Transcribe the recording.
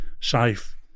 safe